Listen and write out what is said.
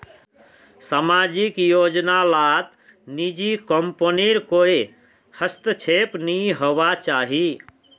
सामाजिक योजना लात निजी कम्पनीर कोए हस्तक्षेप नि होवा चाहि